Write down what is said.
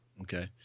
Okay